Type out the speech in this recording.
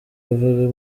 bavaga